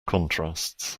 contrasts